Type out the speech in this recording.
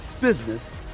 business